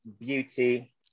beauty